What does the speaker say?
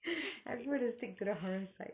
I prefer to stick to the horror side